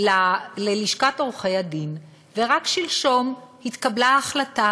ללשכת עורכי-הדין, ורק שלשום התקבלה ההחלטה